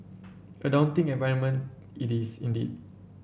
a daunting environment it is indeed